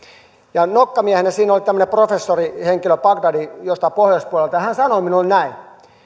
nokkamiehenä siinä oli tämmöinen professorihenkilö jostain bagdadin pohjoispuolelta ja hän sanoi minulle näin